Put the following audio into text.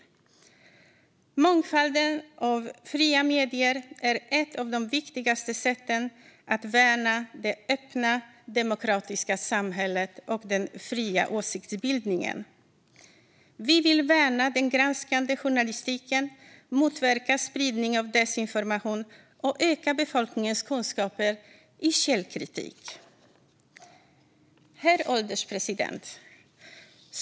Mångfalden av fria medier är ett av de viktigaste sätten att värna det öppna, demokratiska samhället och den fria åsiktsbildningen. Vi vill värna den granskande journalistiken, motverka spridning av desinformation och öka befolkningens kunskaper i källkritik. Herr ålderspresident!